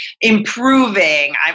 improving